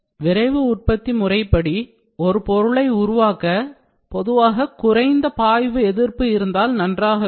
rapid manufacturing முறையின்படி ஒரு பொருளை உருவாக்க பொதுவாக குறைந்தபட்ச பாய்வு எதிர்ப்பு இருந்தால் நன்றாக இருக்கும்